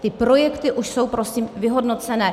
Ty projekty už jsou prosím vyhodnocené.